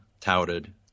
touted